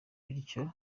bityo